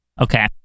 Okay